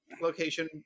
location